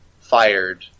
fired